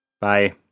Bye